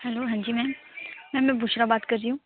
hello ਹਾਂਜੀ ma'am ma'am ਮੈਂ ਬੁਸ਼ਰਾ ਬਾਤ ਕਰ ਰਹੀ ਹਾਂ